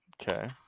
Okay